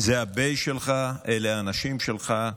זה הבייס שלך, אלה האנשים שלך.